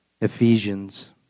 Ephesians